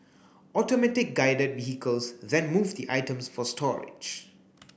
Automatic Guided Vehicles then move the items for storage